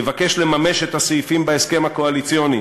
יבקש לממש את הסעיפים בהסכם הקואליציוני